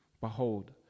Behold